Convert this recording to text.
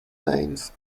lanes